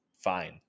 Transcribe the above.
fine